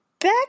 Back